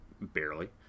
barely